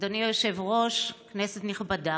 אדוני היושב-ראש, כנסת נכבדה,